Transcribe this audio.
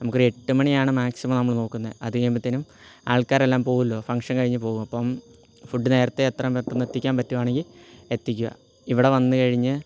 നമുക്കൊരു എട്ടു മണിയാണ് മാക്സിമം നമ്മൾ നോക്കുന്നത് അതുകഴിയുമ്പോഴത്തേനും ആൾക്കാരെല്ലാം പോകുവല്ലോ ഫങ്ക്ഷൻ കഴിഞ്ഞു പോകും അപ്പം ഫുഡ് നേരത്തെ എത്രയും പെട്ടെന്ന് എത്തിക്കാൻ പറ്റുവാണെങ്കിൽ എത്തിക്കുക ഇവിടെ വന്നുകഴിഞ്ഞ്